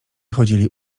chodzili